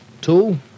Two